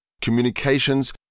communications